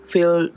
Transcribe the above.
Feel